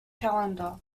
calendar